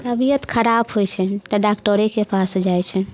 तबियत खराब होयत छनि तऽ डॉक्टरेके पास जाइ छनि